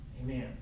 Amen